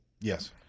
Yes